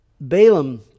Balaam